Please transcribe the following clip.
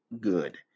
good